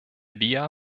via